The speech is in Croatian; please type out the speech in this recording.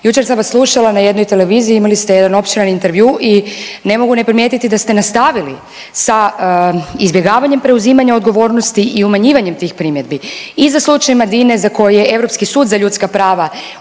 Jučer sam vas slušala na jednoj televiziji, imali ste jedan opširan intervju i ne mogu ne primijetiti da ste nastavili sa izbjegavanjem preuzimanja odgovornosti i umanjivanjem tih primjedbi. I za slučaj Madine za koji je Europski sud za ljudska prava